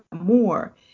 more